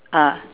ah